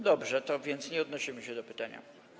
Dobrze, więc nie odnosimy się do pytania.